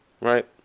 Right